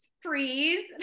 freeze